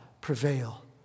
prevail